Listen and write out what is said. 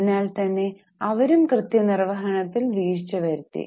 അതിനാൽ തന്നെ അവരും കൃത്യനിർവഹണത്തിൽ വീഴ്ച വരുത്തി